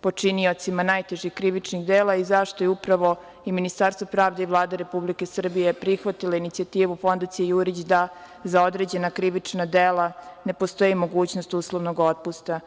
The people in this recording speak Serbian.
počiniocima najtežih krivičnih dela i zašto je upravo i Ministarstvo pravde i Vlada Republike Srbije prihvatila inicijativu Fondacije "Jurić" da za određena krivična dela ne postoji mogućnost uslovnog otpusta.